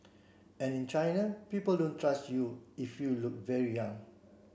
and in China people don't trust you if you look very young